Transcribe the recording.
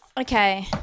Okay